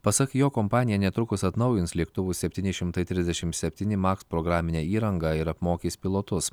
pasak jo kompanija netrukus atnaujins lėktuvų septyni šimtai trisdešimt septyni maks programinę įrangą ir apmokys pilotus